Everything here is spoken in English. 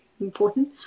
important